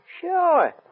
Sure